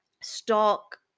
stock